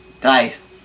guys